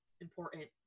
important